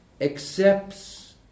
accepts